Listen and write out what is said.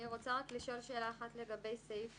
אני רוצה לשאול שאלה לגבי סעיף